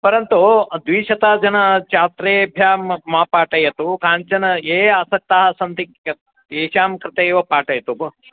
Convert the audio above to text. परन्तु द्विशतजनः छात्रेभ्यः मा पाठयतु काञ्चन ये आसक्ताः सन्ति तेषां कृते एव पाठयतु भो